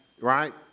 Right